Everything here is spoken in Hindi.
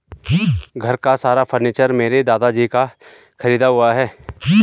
घर का सारा फर्नीचर मेरे दादाजी का खरीदा हुआ है